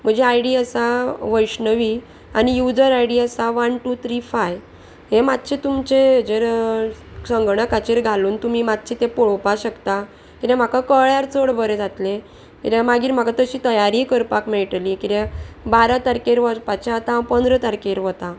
म्हजी I D आसा वैष्णवी आनी युजर आय डी आसा वन टू त्री फाय हे मातशे तुमचे हेजेर संगणकाचेर घालून तुमी मातशें तें पळोवपाक शकता किद्या म्हाका कळ्यार चड बरें जातलें किद्याक मागीर म्हाका तशी तयारी करपाक मेळटली किद्या बारा तारखेर वचपाचे आतां हांव पंदरा तारखेर वता